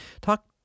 talk